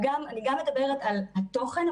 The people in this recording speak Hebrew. ואני גם מדברת על התוכן,